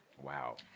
Wow